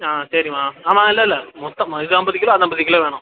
ஆ சரிம்மா ஆமாம் இல்லல்ல மொத்தம் இது ஐம்பது கிலோ அது ஐம்பது கிலோ வேணும்